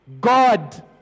God